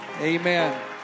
Amen